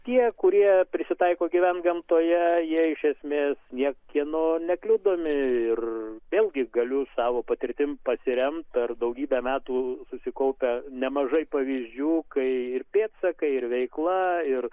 tie kurie prisitaiko gyvent gamtoje jie iš esmės niekieno nekliudomi ir vėlgi galiu savo patirtim pasiremt per daugybę metų susikaupę nemažai pavyzdžių kai ir pėdsakai ir veikla ir